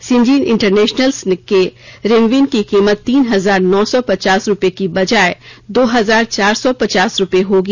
Syngene Internationals के रेमविन की कीमत तीन हजार नौ सौ पचास रूपए की बजाए दो हजार चार सौ पचास रूपए होगी